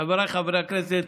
חבריי חברי הכנסת,